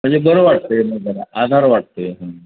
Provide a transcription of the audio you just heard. म्हणजे बरं वाटतं आहे मग जरा आधार वाटतो आहे